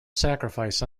sacrifice